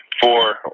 four